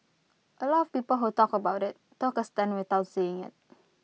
A lot of people who talked about IT took A stand without seeing IT